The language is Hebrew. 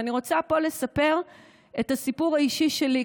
ואני רוצה פה לספר את הסיפור האישי שלי.